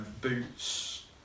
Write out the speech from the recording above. Boots